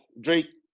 Drake